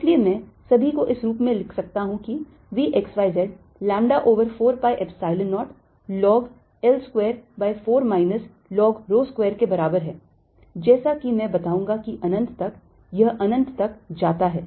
इसलिए मैं सभी को इस रूप में लिख सकता हूं कि V x y z lambda over 4 pi Epsilon 0 log l square by 4 minus log rho square के बराबर है जैसा कि मैं बताऊंगा की अनंत तक यह अनंत तक जाता है